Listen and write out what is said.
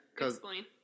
Explain